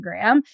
Instagram